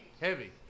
heavy